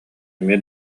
эмиэ